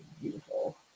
beautiful